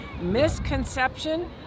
misconception